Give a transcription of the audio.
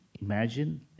imagine